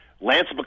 Lance